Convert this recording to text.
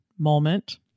moment